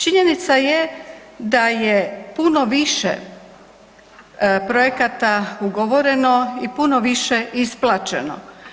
Činjenica je da je puno više projekata ugovoreno i puno više isplaćeno.